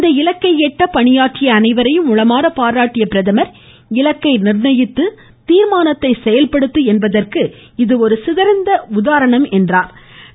இந்த இலக்கை அடைய பணியாற்றிய அனைவரையும் உளமார பாராட்டிய பிரதமர் இலக்கை நிர்ணயித்து தீர்மானத்தை செயல்படுத்து என்பதற்கு இது ஒரு சிறந்த உதாரணம் என்றார்